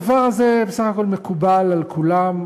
הדבר הזה בסך הכול מקובל על כולם.